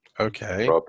Okay